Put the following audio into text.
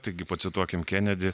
taigi pacituokim kenedį